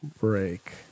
break